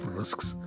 risks